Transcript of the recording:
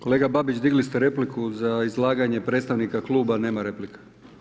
Kolega Babić digli ste repliku za izlaganje predstavnika kluba nema replika.